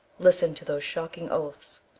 listen to those shocking oaths,